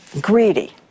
Greedy